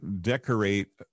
decorate